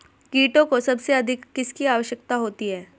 कीटों को सबसे अधिक किसकी आवश्यकता होती है?